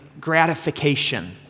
gratification